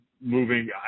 moving